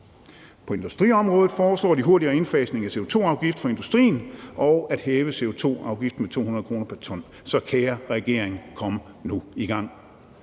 På industriområdet foreslår de hurtigere indfasning af en CO2-afgift for industrien og at hæve CO2-afgiften med 200 kr. pr. t. Så kære regering, kom nu i gang!